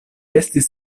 estis